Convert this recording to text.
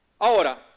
Ahora